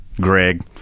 Greg